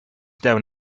down